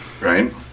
right